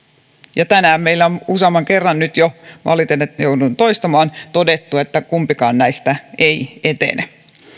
tänään meillä on useamman kerran nyt jo todettu valitan että joudun toistamaan että kumpikaan näistä ei etene